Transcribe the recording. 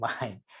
mind